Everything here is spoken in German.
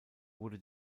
wurde